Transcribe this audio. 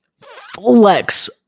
flex